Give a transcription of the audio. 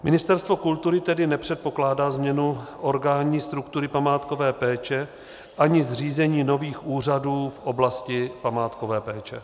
Ministerstvo kultury tedy nepředpokládá změnu originální struktury památkové péče ani zřízení nových úřadů v oblasti památkové péče.